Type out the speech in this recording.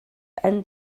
end